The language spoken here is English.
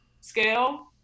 scale